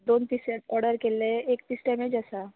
दोन पिसी ऑडर केल्ले एक पीस डॅमेज आसा